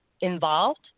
involved